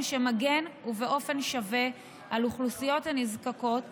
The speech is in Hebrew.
שמגן באופן שווה על אוכלוסיות נזקקות שונות,